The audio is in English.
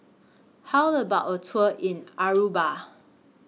How about A Tour in Aruba